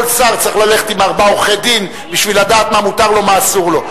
כל שר צריך ללכת עם ארבעה עורכי-דין בשביל לדעת מה מותר לו ומה אסור לו.